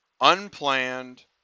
unplanned